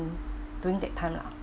during that time lah